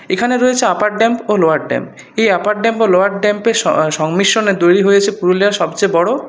এখানে রয়েছে upper dam ও লোয়ার ড্যাম এই আপার ড্যাম লোয়ার ড্যামের সংমিশ্রণে তৈরি হয়েছে পুরুলিয়ার সবচেয়ে বড়ো